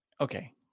okay